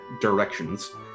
directions